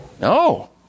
No